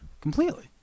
completely